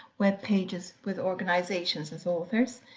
web pages with organizations as authors,